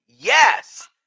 Yes